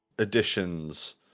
editions